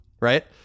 Right